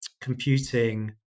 computing